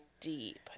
deep